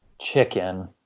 chicken